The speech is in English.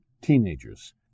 teenagers